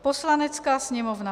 Poslanecká sněmovna.